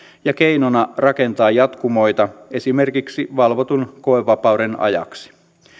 ja keinona rakentaa jatkumoita esimerkiksi valvotun koevapauden ajaksi